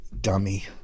dummy